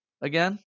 Again